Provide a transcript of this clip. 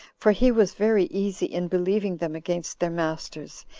for he was very easy in believing them against their masters,